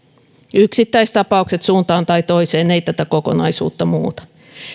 yksittäistapaukset suuntaan tai toiseen eivät tätä kokonaisuutta muuta